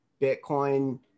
Bitcoin